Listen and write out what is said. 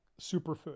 superfood